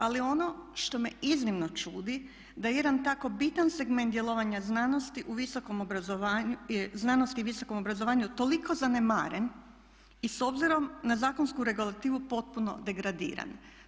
Ali ono što me iznimno čudi da je jedan tako bitan segment djelovanja znanosti u visokom obrazovanju, znanosti i visokom obrazovanju toliko zanemaren i s obzirom na zakonsku regulativu potpuno degradiran.